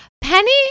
Penny